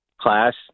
class